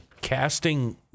Casting